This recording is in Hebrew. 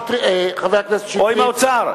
חבר הכנסת שטרית, או עם האוצר.